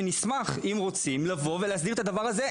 נשמח אם רוצים לבוא ולהסדיר את הדבר הזה.